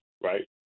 right